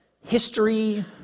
history